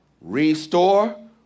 Restore